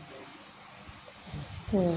hmm